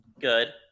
Good